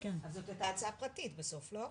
זאת הייתה הצעת חוק פרטית בסוף, לא?